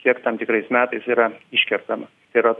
kiek tam tikrais metais yra iškertama tai yra